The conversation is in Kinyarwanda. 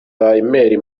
mail